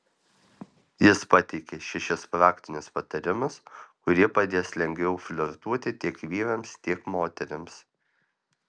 jis pateikia šešis praktinius patarimus kurie padės lengviau flirtuoti tiek vyrams tiek moterims